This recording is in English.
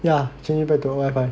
yeah changing back to old wifi